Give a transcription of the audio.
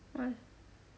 what